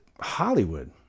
Hollywood